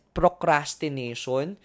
procrastination